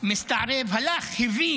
מסתערב הלך, הביא